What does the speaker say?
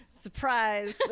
Surprise